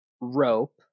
rope